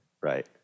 Right